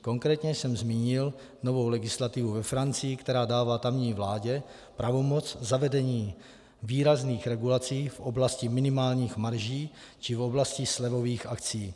Konkrétně jsem zmínil novou legislativu ve Francii, která dává tamní vládě pravomoc zavedení výrazných regulací v oblasti minimálních marží či v oblasti slevových akcí.